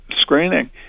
screening